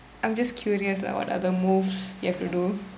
I'm just curious like what other moves you have to do